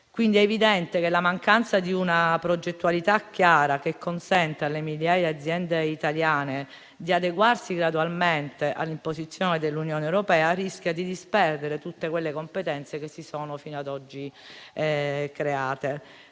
quindi evidente che la mancanza di una progettualità chiara che consenta alle migliaia di aziende italiane di adeguarsi gradualmente all'imposizione dell'Unione europea rischia di disperdere tutte quelle competenze che si sono fino ad oggi create.